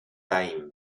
time